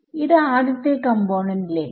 ഇത് ആദ്യത്തെ കമ്പോണെന്റിലേക്കും